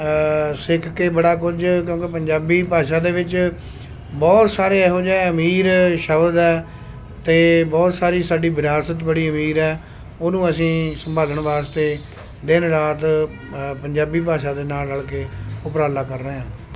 ਸਿੱਖ ਕੇ ਬੜਾ ਕੁਝ ਕਿਉਂਕਿ ਪੰਜਾਬੀ ਭਾਸ਼ਾ ਦੇ ਵਿੱਚ ਬਹੁਤ ਸਾਰੇ ਇਹੋ ਜਿਹੇ ਅਮੀਰ ਸ਼ਬਦ ਹੈ ਅਤੇ ਬਹੁਤ ਸਾਰੀ ਸਾਡੀ ਵਿਰਾਸਤ ਬੜੀ ਅਮੀਰ ਹੈ ਉਹਨੂੰ ਅਸੀਂ ਸੰਭਾਲਣ ਵਾਸਤੇ ਦਿਨ ਰਾਤ ਪੰਜਾਬੀ ਭਾਸ਼ਾ ਦੇ ਨਾਲ ਰਲਕੇ ਉਪਰਾਲਾ ਕਰ ਰਹੇ ਹਾਂ